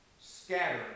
scattered